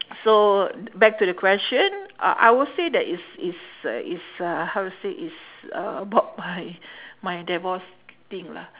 so d~ back to the question I I will say that is is uh is uh how to say is uh about my my divorce thing lah